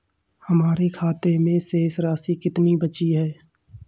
हमारे खाते में शेष राशि कितनी बची है?